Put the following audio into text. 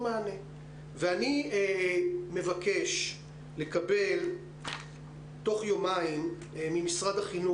אני התחלתי לקבל קללות ונאצות שאיני אוהבת את המורים.